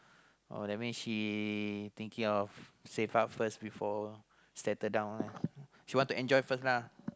oh that means she thinking of save up first before settle down lah she want to enjoy first lah